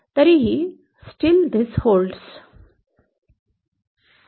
तरीही हे टिकून राहते